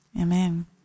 Amen